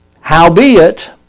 Howbeit